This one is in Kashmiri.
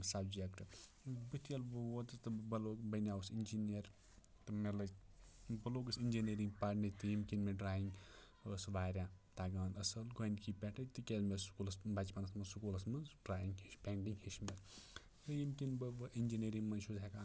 سَبجَکٹہٕ بہٕ تہِ ییٚلہِ بہٕ ووتُس تہٕ بہٕ لوٚگُس بَنیٛاوُس اِنجیٖنَر تہٕ مےٚ لٔج بہٕ لوٚگُس اِنجیٖنِنٛگ پَرنہِ تہٕ ییٚمہِ کِنۍ مےٚ ڈرٛایِنٛگ ٲس واریاہ تَگان اَصٕل گۄڈنِکہِ پٮ۪ٹھٕے تِکیٛازِ مےٚ سکوٗلَس بَچپَنَس منٛز سکوٗلَس منٛز ڈرٛایِنٛگ ہیٚچھ پینٛٹِنٛگ ہیٚچھمٕژ ییٚمہِ کِنۍ بہٕ اِنجیٖنٔرنٛگ منٛز چھُس ہٮ۪کان